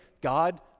God